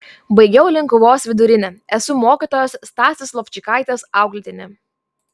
baigiau linkuvos vidurinę esu mokytojos stasės lovčikaitės auklėtinė